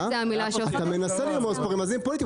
אתה מנסה לרמוז רמזים פוליטיים,